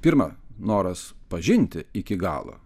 pirma noras pažinti iki galo